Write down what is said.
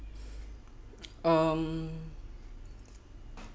um